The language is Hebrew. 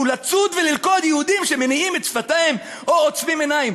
הוא לצוד וללכוד יהודים שמניעים את שפתיהם או עוצמים עיניים